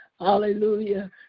hallelujah